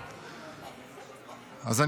שוב,